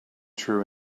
true